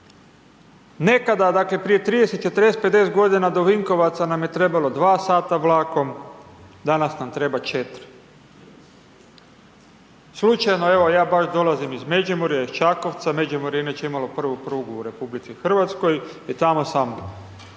Nekada, dakle, prije 30, 40, 50 godina do Vinkovaca nam je trebalo 2 sata vlakom, danas nam treba 4. Slučajno evo, ja baš dolazim iz Međimurja, iz Čakovca, Međimurje je inače imalo prvu prugu u RH i tamo sam